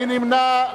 מי נמנע?